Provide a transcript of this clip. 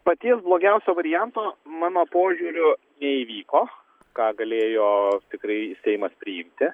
paties blogiausio varianto mano požiūriu neįvyko ką galėjo tikrai seimas priimti